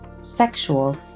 sexual